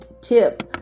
tip